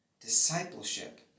discipleship